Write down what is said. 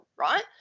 right